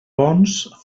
bons